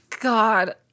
god